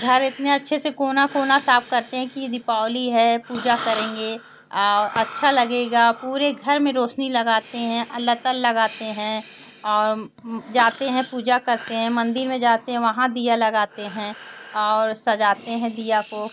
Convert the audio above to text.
घर इतने अच्छे से कोना कोना साफ करते हैं कि यह दीपावली है पूजा करेंगे और अच्छा लगेगा पूरे घर में रौशनी लगाते हैं लतर लगाते हैं और जाते हैं पूजा करते हैं मंदिर में जाते हैं वहाँ दिया लगाते हैं और सजाते हैं दिया को